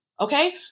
okay